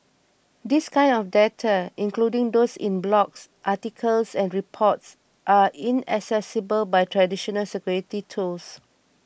this kind of data including those in blogs articles and reports are inaccessible by traditional security tools